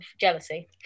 jealousy